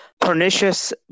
pernicious